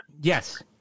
Yes